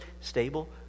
stable